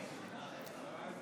עשרה,